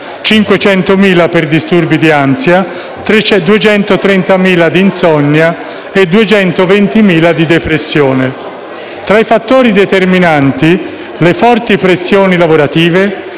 500.000 per disturbi di ansia, 230.000 di insonnia e 220.000 di depressione. Tra i fattori determinanti vi sono le forti pressioni lavorative,